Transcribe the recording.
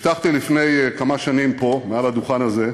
הבטחתי לפני כמה שנים, פה, מעל הדוכן הזה,